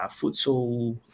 futsal